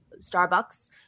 Starbucks